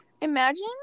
Imagine